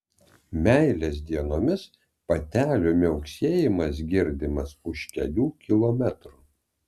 meilės dienomis patelių miauksėjimas girdimas už kelių kilometrų